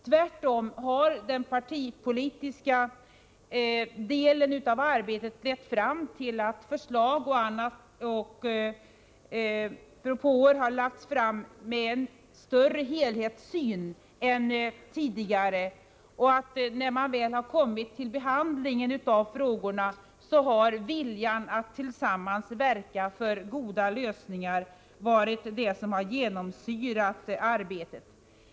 Tvärtom har den partipolitiska delen av arbetet lett till att förslag och propåer som lagts fram i större utsträckning än tidigare har grundat sig på en helhetssyn. När man väl kommit fram till behandlingen av frågorna har viljan att tillsammans verka för goda lösningar varit det som har genomsyrat arbetet.